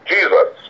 Jesus